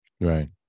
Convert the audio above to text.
right